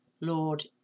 Lord